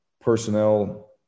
personnel